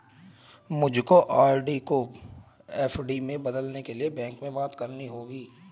मुझको आर.डी को एफ.डी में बदलने के लिए बैंक में बात करनी होगी